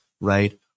right